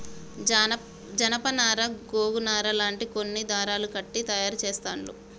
జానప నారా గోగు నారా లాంటి కొన్ని దారాలు గట్టిగ తాయారు చెస్తాండ్లు